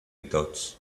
dots